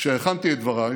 כשהכנתי את דבריי